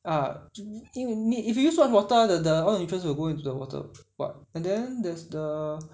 ah i~ if you use too much water the the all the nutrients will go into water and then there's the